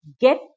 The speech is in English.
get